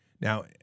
Now